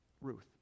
Ruth